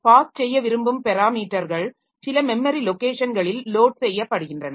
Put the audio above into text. pass செய்ய விரும்பும் பெராமீட்டர்கள் சில மெமரி லொக்கேஷன்களில் லோட் செய்யப்படுகின்றன